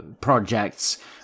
projects